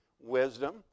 wisdom